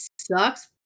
sucks